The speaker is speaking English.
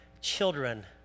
children